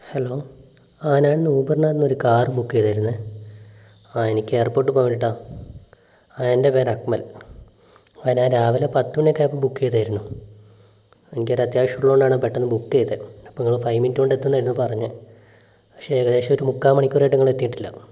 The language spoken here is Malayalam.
ഹലോ ആ ഞാൻ ഊബറിന്റെ അകത്ത് നിന്ന് ഒരു കാർ ബുക്ക് ചെയ്തായിരുന്നേ ആ എനിക്ക് എയർപോർട്ട് പോകാൻ വേണ്ടിയിട്ടാണ് ആ എൻ്റെ പേര് അക്മൽ ആ ഞാൻ രാവിലെ പത്ത് മണിയൊക്കെ ആയപ്പം ബുക്ക് ചെയ്തതായിരുന്നു എനിക്കൊരു അത്യാവശ്യം ഉള്ളത് കൊണ്ടാണ് പെട്ടെന്ന് ബുക്ക് ചെയ്തത് അപ്പോൾ നിങ്ങൾ ഫൈവ് മിനിറ്റ് കൊണ്ട് എത്തും എന്നായിരുന്നു പറഞ്ഞത് പക്ഷേ ഏകദേശം ഒരു മുക്കാൽ മണിക്കൂറായിട്ടും നിങ്ങൾ എത്തിയിട്ടില്ല